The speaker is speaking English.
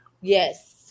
Yes